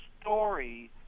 story